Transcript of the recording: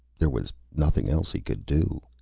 there was nothing else he could do.